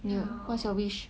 ya what's your wish